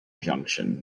junction